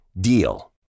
DEAL